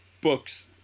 books